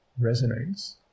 resonates